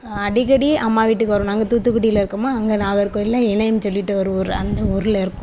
அடிக்கடி அம்மா வீட்டுக்கு வருவோம் நாங்கள் தூத்துக்குடியில் இருக்கோமா அங்கே நாகர்கோயிலில் இணையம்ன்னு சொல்லிட்டு ஒரு ஊர் அந்த ஊரில் இருக்கோம்